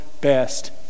best